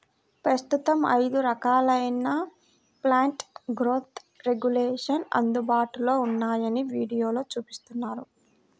ప్రస్తుతం ఐదు రకాలైన ప్లాంట్ గ్రోత్ రెగ్యులేషన్స్ అందుబాటులో ఉన్నాయని వీడియోలో చూపించారు